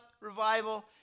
revival